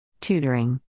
Tutoring